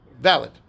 valid